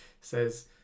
says